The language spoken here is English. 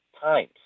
times